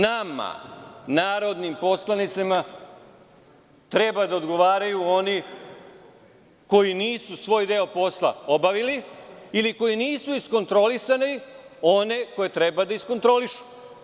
Nama, narodnim poslanicima, treba da odgovaraju oni koji nisu svoj deo posla obavili ili koji nisu iskontrolisali one koje treba da iskontrolišu.